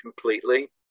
completely